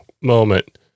moment